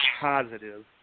positive